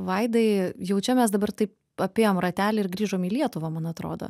vaidai jaučiamės dabar taip apėjom ratelį ir grįžom į lietuvą man atrodo